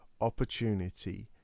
opportunity